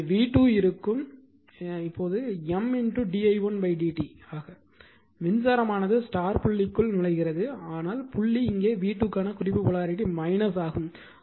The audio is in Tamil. எனவே v2 இருக்கும் M d i1 dt மின்சாரம் ஆனது புள்ளிக்குள் நுழைகிறது ஆனால் புள்ளி இங்கே v2 க்கான குறிப்பு போலாரிட்டி ஆகும்